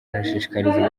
arashishikariza